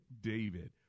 David